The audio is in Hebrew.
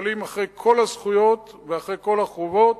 שממלאים אחרי כל הזכויות ואחרי כל החובות,